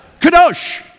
Kadosh